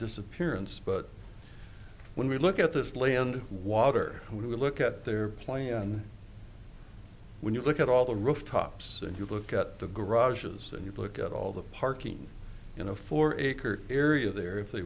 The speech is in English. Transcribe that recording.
disappearance but when we look at this land of water and we look at their play and when you look at all the rooftops and you look at the garages and you look at all the parking you know four acre area there if they